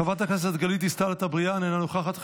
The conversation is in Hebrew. חברת הכנסת מרב מיכאלי, אינה נוכחת,